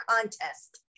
contest